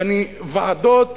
יעני ועדות